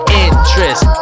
interest